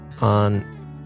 on